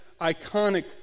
iconic